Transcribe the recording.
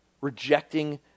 Rejecting